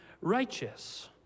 righteous